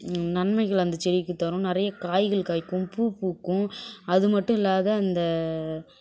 நன்மைகள் அந்த செடிக்கு தரும் நிறைய காய்கள் காய்க்கும் பூ பூக்கும் அது மட்டும் இல்லாம அந்த